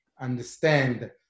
understand